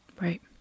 Right